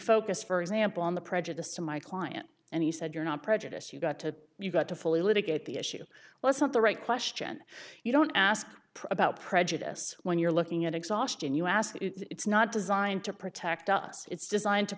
focus for example on the prejudice to my client and he said you're not prejudice you've got to you've got to fully litigate the issue well it's not the right question you don't ask about prejudice when you're looking at exhaustion you ask it's not designed to protect us it's designed to